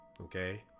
okay